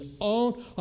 own